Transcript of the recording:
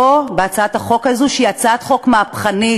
והצעת החוק הזאת היא הצעת חוק מהפכנית,